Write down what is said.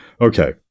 Okay